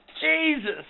Jesus